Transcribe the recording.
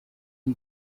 iyi